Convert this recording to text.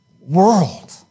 world